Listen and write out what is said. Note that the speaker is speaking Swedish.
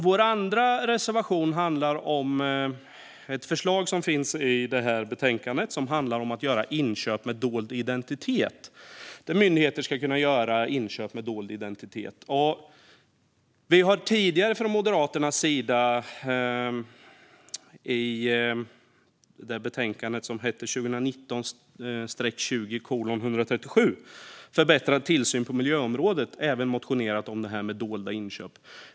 Vår andra reservation rör ett förslag som tas upp i betänkandet och som handlar om att myndigheter ska kunna göra inköp med dold identitet. Vi har även tidigare från Moderaternas sida, i samband med en proposition som hette 2019/20:137 Förbättrad tillsyn på miljöområdet , motionerat om detta med dolda inköp.